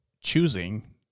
choosing